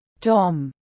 Tom